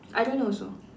I don't know also